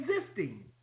existing